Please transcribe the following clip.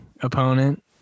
opponent